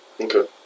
Okay